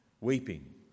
weeping